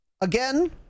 again